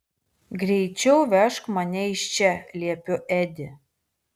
greičiau vežk mane iš čia liepiu edi